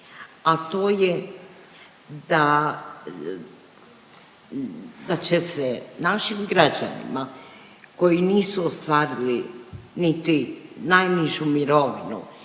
a to je da da će se našim građanima koji nisu ostvarili niti najnižu mirovinu,